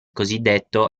cosiddetto